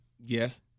Yes